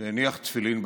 והניח תפילין בסתר.